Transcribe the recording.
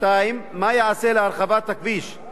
לשני נתיבים לכל כיוון נסיעה?